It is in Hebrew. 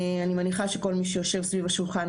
אני מניחה שכל מי שיושב סביב השולחן